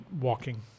walking